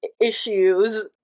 issues